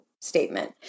statement